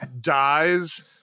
dies